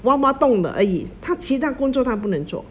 挖挖洞的而已他其他工作他不能做